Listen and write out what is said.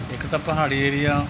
ਇੱਕ ਤਾਂ ਪਹਾੜੀ ਏਰੀਆ